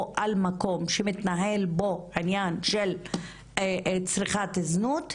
או על מקום שמתנהל בו עניין של צריכת זנות,